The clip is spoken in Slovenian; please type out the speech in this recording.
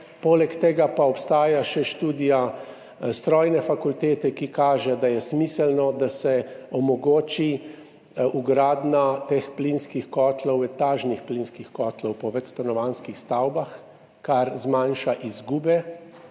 poleg tega pa obstaja še študija strojne fakultete, ki kaže, da je smiselno, da se omogoči vgradnja teh plinskih kotlov, etažnih plinskih kotlov v večstanovanjskih stavbah, kar zmanjša izgube